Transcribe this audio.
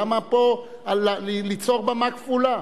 למה פה ליצור במה כפולה?